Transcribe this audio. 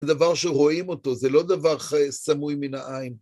זה דבר שרואים אותו, זה לא דבר סמוי מן העין.